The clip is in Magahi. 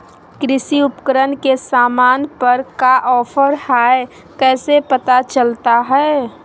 कृषि उपकरण के सामान पर का ऑफर हाय कैसे पता चलता हय?